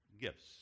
gifts